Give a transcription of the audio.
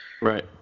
Right